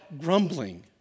grumbling